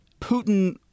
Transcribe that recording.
Putin